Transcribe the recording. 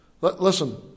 Listen